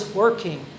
working